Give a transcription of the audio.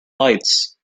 lights